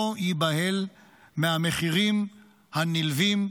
לא ייבהל מהמחירים הנלווים,